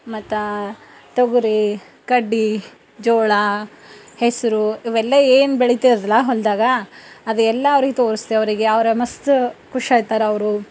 ಮತ್ತು ತೊಗರಿ ಕಡ್ಡಿ ಜೋಳ ಹೆಸರು ಇವೆಲ್ಲ ಏನು ಬೆಳೀತೈತಲ್ಲ ಹೊಲದಾಗ ಅದೆಲ್ಲ ಅವ್ರಿಗೆ ತೋರಿಸ್ತೆ ಮಸ್ತು ಖುಷಿಯಾಗ್ತಾರವರು